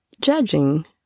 judging